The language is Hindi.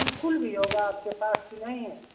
सुकुल भी होगा आपके पास कि नहीं है